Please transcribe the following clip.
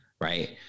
Right